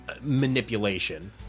manipulation